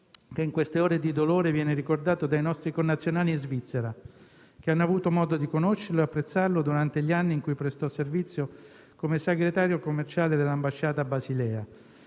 che in queste ore di dolore viene ricordato dai nostri connazionali in Svizzera, che hanno avuto modo di conoscerlo e apprezzarlo durante gli anni in cui prestò servizio come segretario commerciale dell'ambasciata a Basilea,